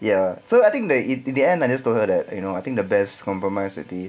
ya so I think in the end just closed like that you know I think there's compromise already